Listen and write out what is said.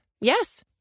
Yes